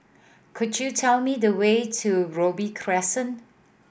could you tell me the way to Robey Crescent